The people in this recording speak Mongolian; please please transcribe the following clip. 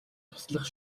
туслах